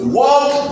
walk